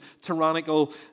tyrannical